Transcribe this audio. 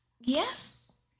yes